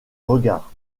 regard